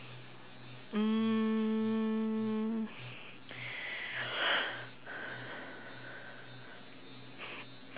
mm